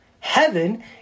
heaven